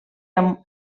amb